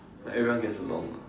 like everyone gets along ah